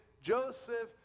Joseph